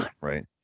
right